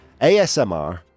ASMR